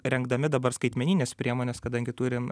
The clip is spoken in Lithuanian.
rengdami dabar skaitmenines priemones kadangi turim